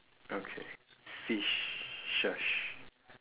okay fishes